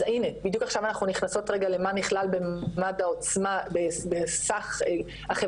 אז הנה בדיוק עכשיו אנחנו נכנסות רגע למה נכנס במד העוצמה בסך החברה,